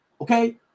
Okay